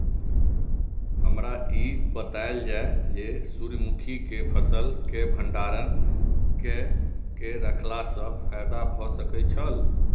हमरा ई बतायल जाए जे सूर्य मुखी केय फसल केय भंडारण केय के रखला सं फायदा भ सकेय छल?